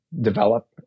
develop